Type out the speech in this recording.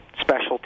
specialty